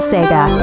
Sega